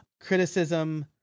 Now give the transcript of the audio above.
Criticism